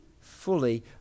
fully